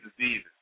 diseases